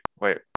Wait